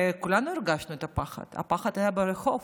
כולנו הרגשנו את הפחד, הפחד היה ברחוב.